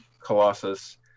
colossus